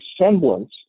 semblance